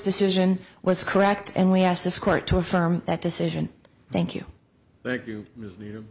decision was correct and we asked this court to affirm that decision thank you thank you